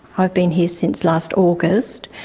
i've been here since last august,